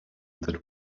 that